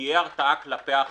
תהיה הרתעה כלפי אחרים.